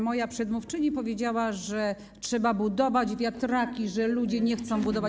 Moja przedmówczyni powiedziała, że trzeba budować wiatraki, że ludzie nie chcą budować.